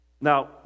Now